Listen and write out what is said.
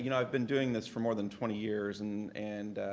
you know i've been doing this for more than twenty years and and